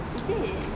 is it